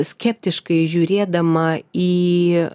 skeptiškai žiūrėdama į